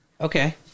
Okay